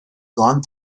gone